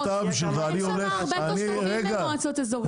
אין הרבה תושבים במועצות אזוריות.